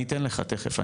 אני אתן לך תיכף.